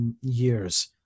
years